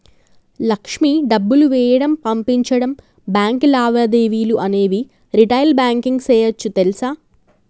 లక్ష్మి డబ్బులు వేయడం, పంపించడం, బాంకు లావాదేవీలు అనేవి రిటైల్ బాంకింగ్ సేయోచ్చు తెలుసా